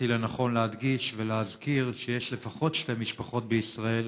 מצאתי לנכון להדגיש ולהזכיר שיש לפחות שתי משפחות בישראל